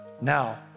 Now